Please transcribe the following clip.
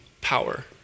power